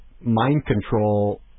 mind-control